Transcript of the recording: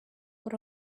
but